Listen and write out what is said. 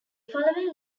following